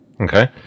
Okay